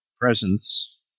presence